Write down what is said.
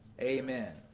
Amen